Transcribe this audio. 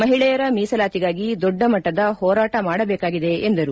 ಮಹಿಳೆಯರ ಮೀಸಲಾತಿಗಾಗಿ ದೊಡ್ಡ ಮಟ್ಟದ ಹೋರಾಟ ಮಾಡಬೇಕಾಗಿದೆ ಎಂದರು